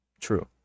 true